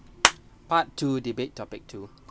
part two debate topic two